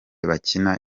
bakina